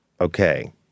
okay